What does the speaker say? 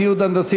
ציוד הנדסי,